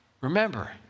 Remember